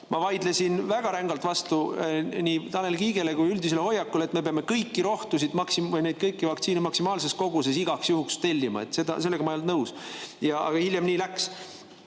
ma vaidlesin väga rängalt vastu nii Tanel Kiigele kui üldisele hoiakule, et me peame kõiki rohtusid või kõiki neid vaktsiine maksimaalses koguses igaks juhuks tellima. Sellega ma ei olnud nõus. Aga hiljem nii läks.